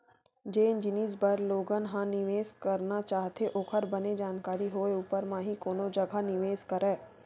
जेन जिनिस बर लोगन ह निवेस करना चाहथे ओखर बने जानकारी होय ऊपर म ही कोनो जघा निवेस करय